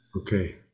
Okay